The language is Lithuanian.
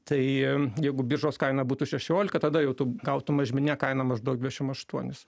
tai jeigu biržos kaina būtų šešiolika tada jau tu gautum mažmeninę kainą maždaug dvidešim aštuonis